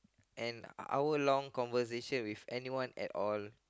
an hour long conversation with anyone and all